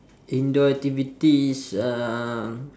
indoor activities uh